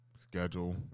schedule